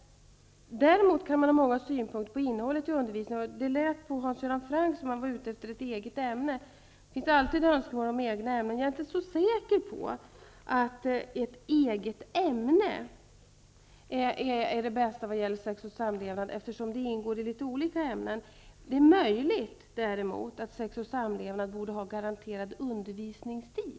Man kan däremot ha många synpunkter på innehållet i undervisningen. På Hans Göran Franck lät det som att han önskade ett eget ämne för sexual och samlevnadsundervisningen. Det finns alltid önskemål om egna ämnen. Jag är emellertid inte säker på att sex och samlevnad såsom eget ämne är den bästa lösningen, eftersom det ingår i många olika ämnen. Möjligt är, däremot, att sex och samlevnad borde ha garanterad undervisningstid.